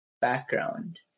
background